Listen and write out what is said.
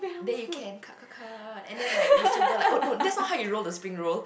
then you can cut cut cut and then like reach over oh no that's not how you roll the spring roll